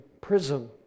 prison